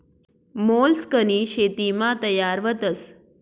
मोलस्कनी शेतीमा तयार व्हतस